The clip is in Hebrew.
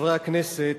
חברי הכנסת,